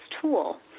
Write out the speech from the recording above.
tool